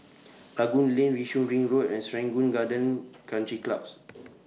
Rangoon Lane Yishun Ring Road and Serangoon Gardens Country Clubs